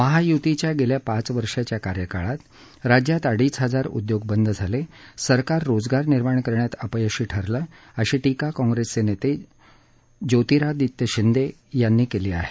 महायुतीच्या गेल्या पाच वर्षाच्या कार्यकाळात राज्यात अडीच हजार उद्योग बंद झाले सरकार रोजगार निर्माण करण्यात अपयशी ठरलं अशी टीका काँग्रेसचे नेते ज्येतिरादित्य शिंदे यांनी केली आहे